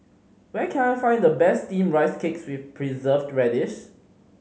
where can I find the best Steamed Rice Cake with Preserved Radish